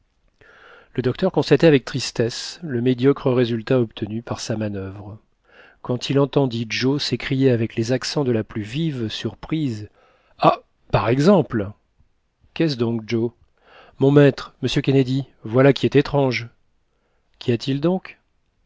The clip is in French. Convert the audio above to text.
le docteur constatait avec tristesse le médiocre résultat obtenu par sa manuvre quand il entendit joe s'écrier avec les accents de la plus vive surprise ah par exemple qu'est-ce donc joe mon maître monsieur kennedy voilà qui est étrange qu'y a-t-il donc